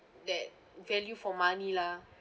that value for money lah